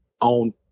on